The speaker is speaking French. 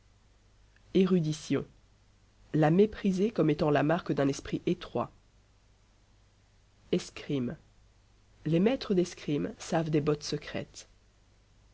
érudition la mépriser comme étant la marque d'un esprit étroit escrime les maîtres d'escrime savent des bottes secrètes